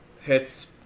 hits